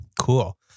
Cool